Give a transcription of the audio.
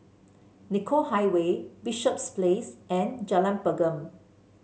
Nicoll Highway Bishops Place and Jalan Pergam